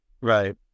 Right